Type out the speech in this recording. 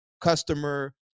customer